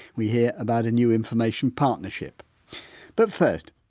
we hear about a new information partnership but first,